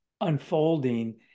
unfolding